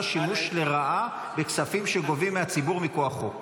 שימוש לרעה בכספים שגובים מהציבור מכוח חוק.